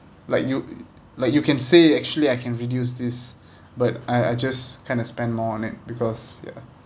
like you like you can say actually I can reduce this but I I just kind of spend more on it because ya